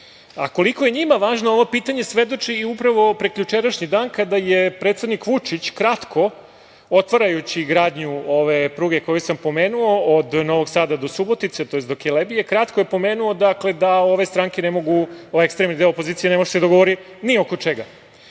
je njima važno ovo pitanje svedoči upravo prekjučerašnji dana kada je predsednik Vučić kratko, otvarajući gradnju ove pruge koju sam pomenuo, od Novog Sada do Subotice, tj. do Kelebije, kratko je pomenuo da ove stranke ne mogu, ovaj ekstremni deo opozicije ne može da se dogovori ni oko čega.